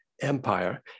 empire